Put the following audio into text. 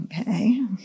Okay